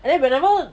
and then whenever